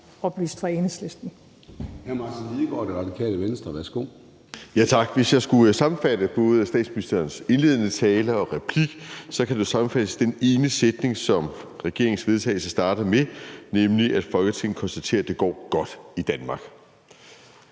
Hvis jeg skulle sammenfatte både statsministerens indledende tale og statsministerens replik, kan det sammenfattes i den ene sætning, som regeringens forslag til vedtagelse starter med, nemlig at Folketinget konstaterer, at det går godt i Danmark.